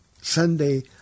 Sunday